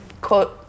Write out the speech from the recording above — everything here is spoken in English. quote